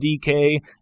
DK